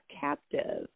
captive